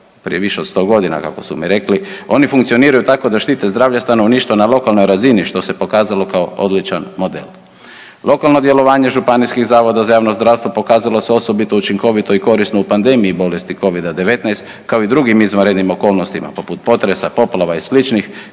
prije više od 100 godina, kako su mi rekli, oni funkcioniraju tako da štite zdravlje stanovništva na lokalnoj razini, što se pokazalo kao odličan model. Lokalno djelovanje županijskih zavoda za javno zdravstvo pokazalo se osobito učinkovito i korisno u pandemiji bolesti Covida-19, kao i drugim izvanrednim okolnostima, poput potresa, poplava i